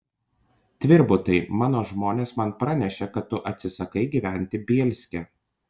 tvirbutai mano žmonės man pranešė kad tu atsisakai gyventi bielske